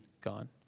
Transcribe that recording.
gone